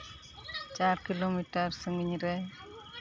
ᱪᱟᱨ ᱠᱤᱞᱳᱢᱤᱴᱟᱨ ᱥᱟᱺᱜᱤᱧ ᱨᱮ